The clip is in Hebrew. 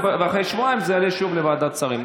ואחרי שבועיים זה יעלה שוב לוועדת שרים.